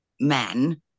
men